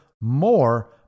more